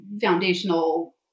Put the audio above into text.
foundational